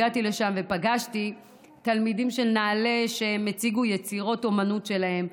הגעתי לשם ופגשתי תלמידים של נעל"ה שהציגו יצירות אומנות שלהם,